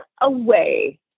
away